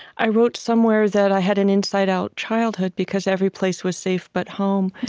i wrote somewhere that i had an inside-out childhood, because every place was safe but home.